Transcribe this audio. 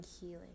healing